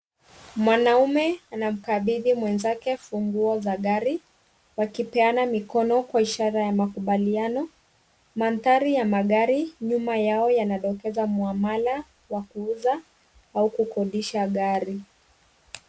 Mwanaume anamkabidhi mwenzake funguo za gari wakipeana mikono kwa ishara ya makubaliano. Mandhari ya magari nyuma yao yanadokeza muamala wa kuuza au kukodisha gari.